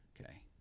Okay